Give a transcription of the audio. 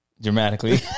Dramatically